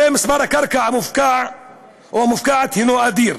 הרי היקף הקרקע המופקעת הוא אדיר,